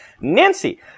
Nancy